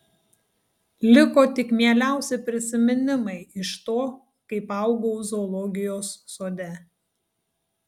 liko tik mieliausi prisiminimai iš to kaip augau zoologijos sode